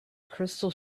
crystal